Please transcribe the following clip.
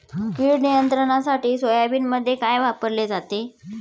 कीड नियंत्रणासाठी सोयाबीनमध्ये काय वापरले जाते?